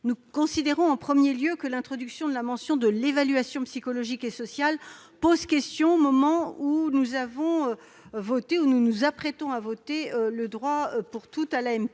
Nous considérons, en premier lieu, que l'introduction de la mention de « l'évaluation psychologique et sociale » pose question au moment où nous nous apprêtons à voter le droit pour toutes à l'AMP.